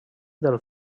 del